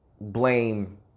blame